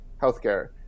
healthcare